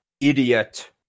idiot